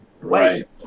Right